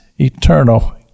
eternal